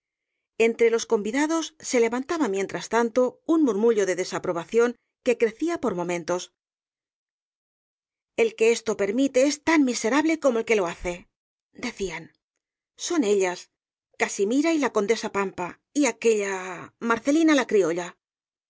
entre los convidados se levantaba mientras tanto un murmullo de desaprobación que crecía por momentos el que esto permite es tan miserable como el que lo hace decían son ellas casimira y la condesa pampa y aquella marcelina la criolla se